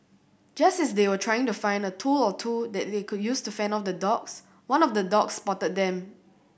just as they were trying to find a tool or two that they could use to fend off the dogs one of the dogs spotted them